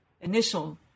initial